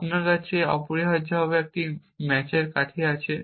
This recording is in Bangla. আপনার কাছে অপরিহার্যভাবে একটি ম্যাচের কাঠি আছে